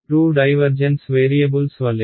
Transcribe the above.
2 divergence variables వలె